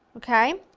okay?